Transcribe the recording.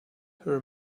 her